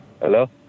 Hello